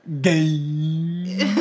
Game